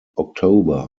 october